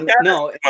No